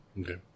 Okay